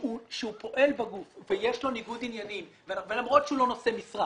שהוא פועל בגוף ויש לו ניגוד עניינים ולמרות שהוא לא נושא משרה